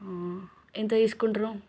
ఎంత తీసుకుంటారు